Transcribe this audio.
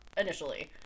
initially